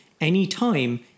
anytime